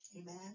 Amen